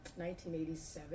1987